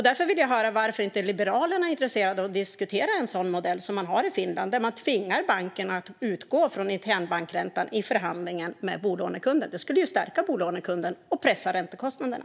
Därför vill jag höra varför Liberalerna inte är intresserade av att diskutera en sådan modell som finns i Finland, där man tvingar bankerna att utgå från internbanksräntan i förhandlingen med bolånekunden. Det skulle stärka bolånekunden och pressa räntekostnaderna.